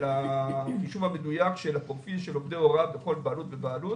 הרישום המדויק של פרופיל עובדי ההוראה בכל בעלות ובעלות